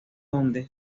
donde